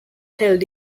held